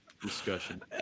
discussion